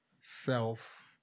self